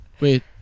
Wait